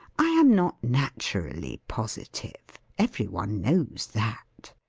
i am not naturally positive. every one knows that.